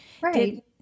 Right